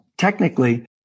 technically